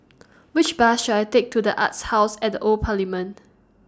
Which Bus should I Take to The Arts House At The Old Parliament